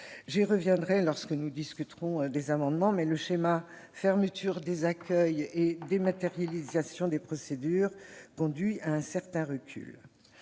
J'y reviendrai lors de l'examen des amendements, mais le schéma « fermeture des accueils et dématérialisation des procédures » conduit à un certain recul.